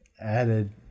added